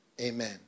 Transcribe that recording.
Amen